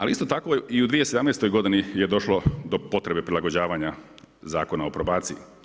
Ali isto tako i u 2017. godini je došlo do potrebe prilagođavanja Zakona o probaciji.